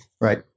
right